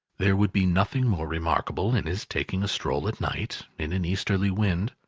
there would be nothing more remarkable in his taking a stroll at night, in an easterly wind,